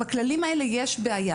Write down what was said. בכללים האלה יש בעיה,